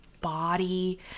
body